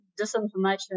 disinformation